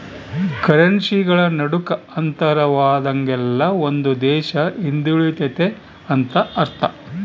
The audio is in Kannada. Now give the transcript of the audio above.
ಕರೆನ್ಸಿಗಳ ನಡುಕ ಅಂತರವಾದಂಗೆಲ್ಲ ಒಂದು ದೇಶ ಹಿಂದುಳಿತೆತೆ ಅಂತ ಅರ್ಥ